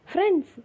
Friends